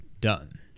done